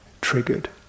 triggered